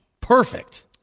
Perfect